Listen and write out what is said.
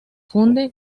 funde